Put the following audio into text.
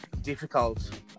difficult